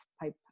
pipe